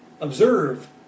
Observe